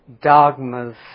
dogmas